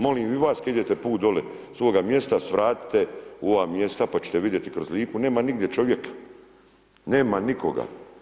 Molim i vas kada idete put dolje svoga mjesta, svratite u ova mjesta pa ćete vidjeti kroz Liku nema nigdje čovjeka, nema nikoga.